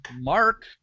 Mark